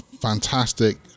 fantastic